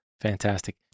fantastic